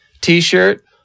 t-shirt